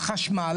החשמל,